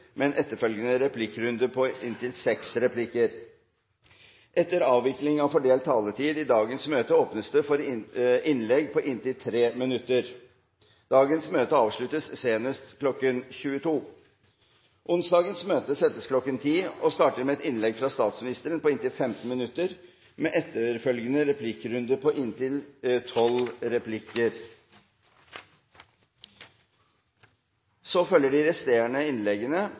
med en etterfølgende replikkrunde på inntil seks replikker. Etter avvikling av fordelt taletid i dagens møte åpnes det for innlegg på inntil 3 minutter. Dagens møte avsluttes senest kl. 22. Onsdagens møte settes kl. 10 og starter med et innlegg fra statsministeren på inntil 15 minutter, med etterfølgende replikkrunde på inntil tolv replikker. Så følger de resterende innleggene